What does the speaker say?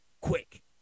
quick